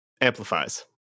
amplifies